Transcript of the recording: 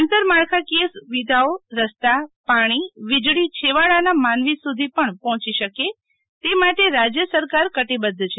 આંતરમાળખાકિય સુવિધાઓ રસ્તા પાણી વિજળી છેવાડાના માનવી સુધી પણ પહોંચી શકે તે માટે રાજય સરકાર કટિબધ્ધ છે